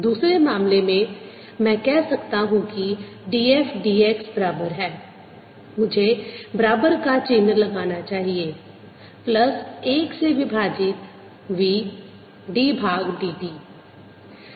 दूसरे मामले में मैं कह सकता हूँ कि df dx बराबर है मुझे बराबर का चिह्न लगाना चाहिए प्लस 1 से विभाजित v d भाग dt